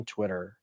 Twitter